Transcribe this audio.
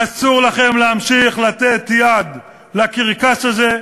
אסור לכם להמשיך לתת יד לקרקס הזה,